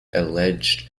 alleged